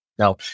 Now